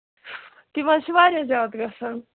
تِم حظ چھِ واریاہ زیادٕ گژھان